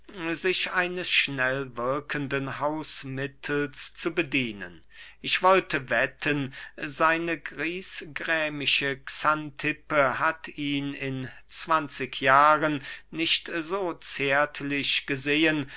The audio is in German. sich eines schnellwirkenden hausmittels zu bedienen ich wollte wetten seine griesgrämische xantippe hat ihn in zwanzig jahren nicht so zärtlich gesehen